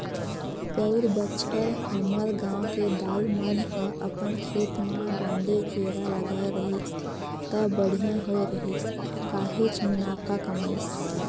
पउर बच्छर हमर गांव के दाऊ मन ह अपन खेत म डांड़े केरा लगाय रहिस त बड़िहा होय रहिस काहेच मुनाफा कमाइस